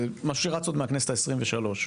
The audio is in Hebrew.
זה משהו שרץ עוד מהכנסת העשרים-ושלוש.